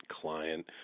client